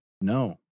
no